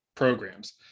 programs